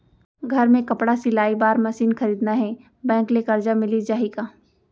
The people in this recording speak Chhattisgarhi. घर मे कपड़ा सिलाई बार मशीन खरीदना हे बैंक ले करजा मिलिस जाही का?